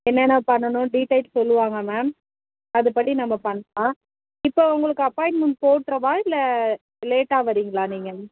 என்னென்ன பண்ணனும் டீட்டைல் சொல்லுங்கள் மேம் அதுபடி நம்ப பண்ணலாம் இப்போ உங்களுக்கு அப்பாய்ன்மெண்ட் போட்றவா இல்லை லேட்டாக வரிங்களா நீங்கள்